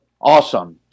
Awesome